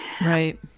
Right